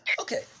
Okay